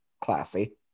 Classy